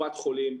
קופת חולים,